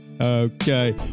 okay